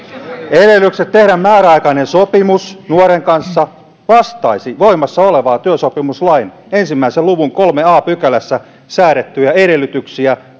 edellytykset tehdä määräaikainen sopimus nuoren kanssa vastaisivat voimassa olevan työsopimuslain yhden luvun kolmannessa a pykälässä säädettyjä edellytyksiä